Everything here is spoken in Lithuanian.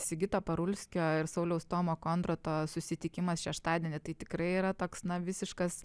sigito parulskio ir sauliaus tomo kondrato susitikimas šeštadienį tai tikrai yra toks na visiškas